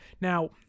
Now